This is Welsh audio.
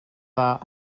dda